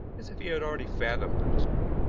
as if he had already fathomed the mystery.